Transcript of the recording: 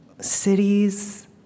cities